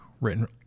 written